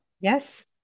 Yes